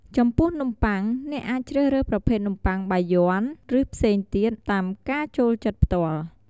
ចំពោះនំប័ុង អ្នកអាចជ្រើសរើសប្រភេទនំបុ័ងបាយ័ន ឬផ្សេងទៀត តាមការចូលចិត្តផ្ទាល់។